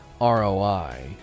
ROI